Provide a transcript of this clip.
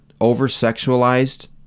over-sexualized